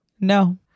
No